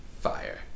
fire